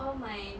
all my